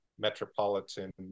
metropolitan